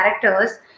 characters